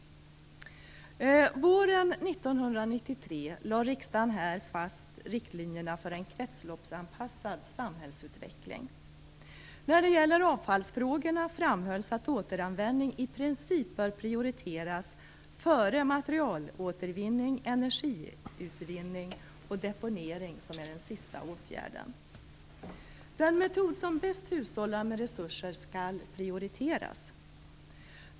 Våren 1993 lade riksdagen fast riktlinjerna för en kretsloppsanpassad samhällsutveckling. När det gäller avfallsfrågorna framhölls att återanvändning i princip bör prioriteras före materialåtervinning, energiutvinning och deponering, som är den sista åtgärden. Den metod som bäst hushållar med resurser skall prioriteras.